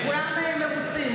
וכולם מרוצים.